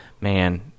man